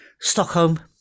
Stockholm